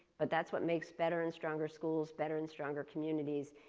but that's what makes better and stronger schools, better and stronger communities,